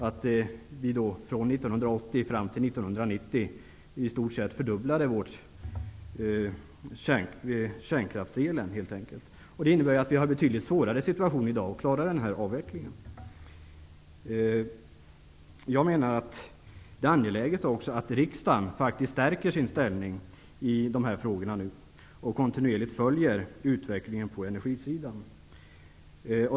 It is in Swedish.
Vi fördubblade i stort sett vårt uttag av kärnkraftsel mellan 1980 och 1990. Det innebär att vi har en betydligt svårare situation i dag när det gäller att klara avvecklingen. Det är angeläget att riksdagen stärker sin ställning i dessa frågor och kontinuerligt följer utvecklingen på energisidan.